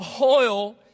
oil